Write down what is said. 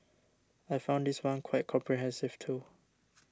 I found this one quite comprehensive too